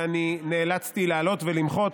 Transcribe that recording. ואני נאלצתי לעלות ולמחות.